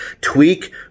tweak